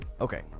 okay